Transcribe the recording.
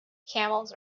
camels